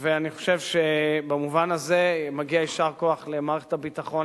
אני חושב שבמובן הזה מגיע יישר כוח למערכת הביטחון,